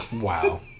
Wow